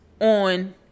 on